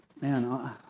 man